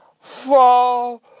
fall